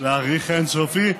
להאריך אין-סופי?